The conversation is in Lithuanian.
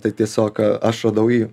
tai tiesiog aš radau jį